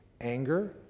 anger